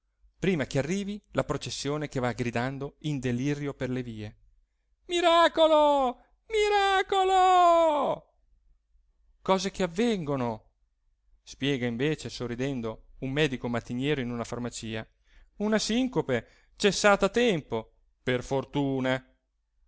prima che arrivi la processione che va gridando in delirio per le vie miracolo miracolo cose che avvengono spiega invece sorridendo un medico mattiniero in una farmacia una sincope cessata a tempo per fortuna